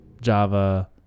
Java